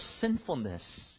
sinfulness